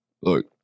Look